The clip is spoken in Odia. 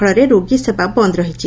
ଫଳରେ ରୋଗୀ ସେବା ବନ୍ଦ ରହିଛି